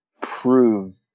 proved